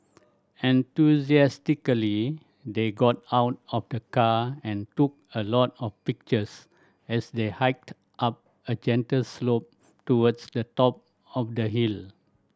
enthusiastically they got out of the car and took a lot of pictures as they hiked up a gentle slope towards the top of the hill